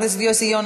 חבר הכנסת יוסי יונה,